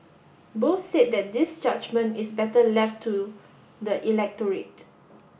both said that this judgement is better left to the electorate